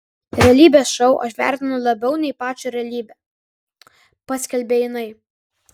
realybės šou aš vertinu labiau nei pačią realybę paskelbė jinai